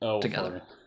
together